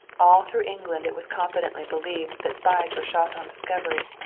all through england it was confidently believed that spies were shot on discovery,